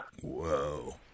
Whoa